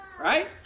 Right